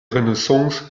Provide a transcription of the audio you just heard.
renaissance